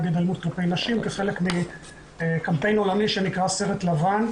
כנגד אלימות נגד נשים כחלק מקמפיין עולמי שנקרא "סרט לבן",